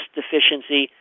deficiency